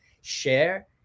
share